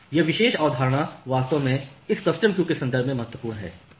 यह विशेष अवधारणा वास्तव में इस कस्टम क्यू के संदर्भ में महत्वपूर्ण है क्यों